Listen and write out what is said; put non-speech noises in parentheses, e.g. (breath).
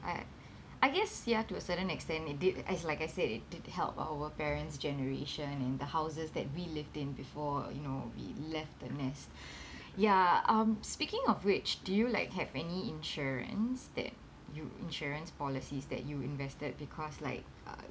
I I guess ya to a certain extent it did did it's like I said it did help our parents' generation in the houses that we lived in before you know we left the nest (breath) ya um speaking of which do you like have any insurance that you insurance policies that you invested because like uh